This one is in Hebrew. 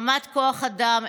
רמת כוח האדם,